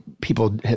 people